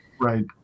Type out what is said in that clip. Right